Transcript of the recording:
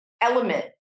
element